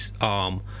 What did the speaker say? arm